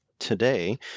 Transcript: Today